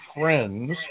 friends